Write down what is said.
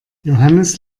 johannes